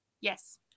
Yes